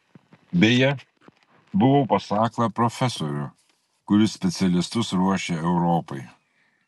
beje buvau pas aklą profesorių kuris specialistus ruošia europai